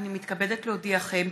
הינני מתכבדת להודיעכם,